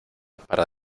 para